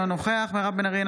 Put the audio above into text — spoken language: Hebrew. אינו נוכח מירב בן ארי,